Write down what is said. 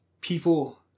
People